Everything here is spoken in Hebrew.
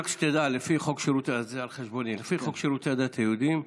רק שתדע שלפי חוק שירותי הדת היהודיים,